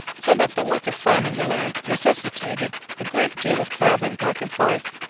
so that the work of farming the land necessitated a great deal of travelling back and forth.